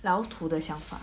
老土的想法